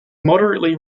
moderately